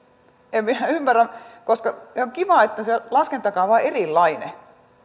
en minä ymmärrä on kiva että se laskentakaava on erilainen